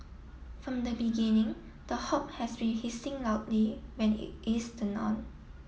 from the beginning the hob has been hissing loudly when it is turned on